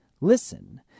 Listen